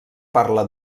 parla